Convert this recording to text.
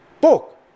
book